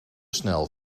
snel